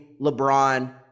LeBron